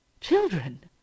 Children